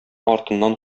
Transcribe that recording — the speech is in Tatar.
артыннан